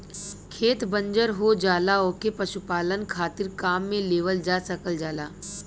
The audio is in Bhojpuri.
खेत बंजर हो जाला ओके पशुपालन खातिर काम में लेवल जा सकल जाला